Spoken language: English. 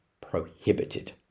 prohibited